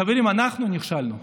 חברים, אנחנו נכשלנו,